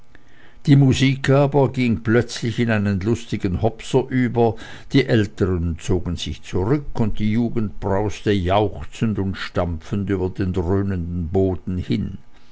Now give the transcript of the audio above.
die musik aber ging plötzlich in einen lustigen hopser über die älteren zogen sich zurück und die jugend brauste jauchzend und stampfend über den dröhnenden boden hin